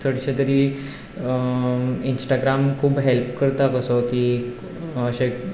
चडशें तरी इन्स्टाग्राम खूब हॅल्प करता कसो की अशेच